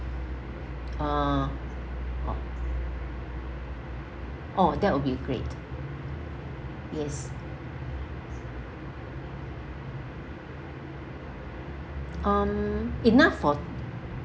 uh oh orh that will be great yes um enough for